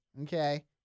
okay